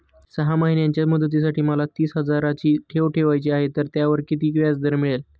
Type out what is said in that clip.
सहा महिन्यांच्या मुदतीसाठी मला तीस हजाराची ठेव ठेवायची आहे, तर त्यावर किती व्याजदर मिळेल?